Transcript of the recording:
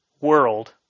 world